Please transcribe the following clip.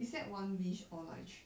is that one wish or like thr~